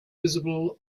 visible